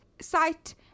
site